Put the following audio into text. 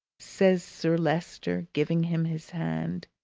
says sir leicester, giving him his hand.